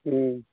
हुँ